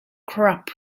crop